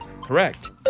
Correct